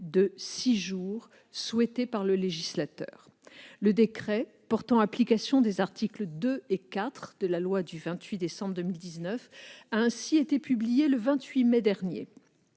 de six jours souhaité par le législateur. Le décret portant application des articles 2 et 4 de la loi du 28 décembre 2019 a ainsi été publié le 28 mai dernier.